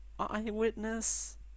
Eyewitness